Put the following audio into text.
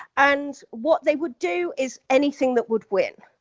and what they would do is anything that would win.